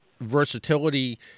versatility